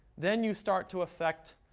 then you start to affect,